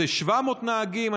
זה 700 נהגים,